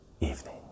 evening